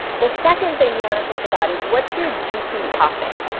the second thing you want to think about is what's your juicy topic?